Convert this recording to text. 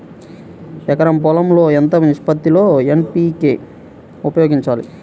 ఎకరం పొలం లో ఎంత నిష్పత్తి లో ఎన్.పీ.కే ఉపయోగించాలి?